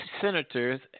senators